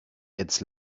its